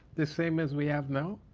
the same as we have now.